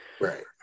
Right